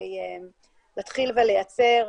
נהיגה.